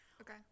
Okay